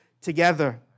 together